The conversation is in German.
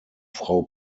frau